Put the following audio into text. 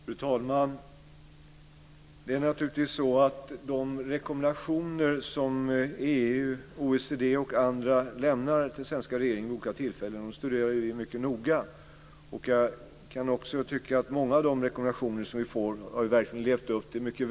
Fru talman! Det är naturligtvis så att vi mycket noga studerar de rekommendationer som EU, OECD och andra vid olika tillfällen lämnar till den svenska regeringen. Jag tycker också att vi mycket väl levt upp till många av de rekommendationer som vi fått.